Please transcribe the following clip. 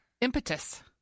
Impetus